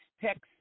text